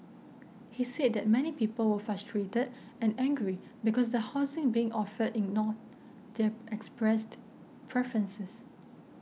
he said that many people were frustrated and angry because the housing being offered ignored their expressed preferences